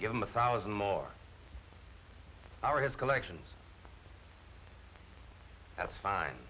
give them a thousand more power has collections that's fine